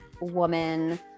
woman